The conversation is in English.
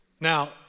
Now